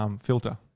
filter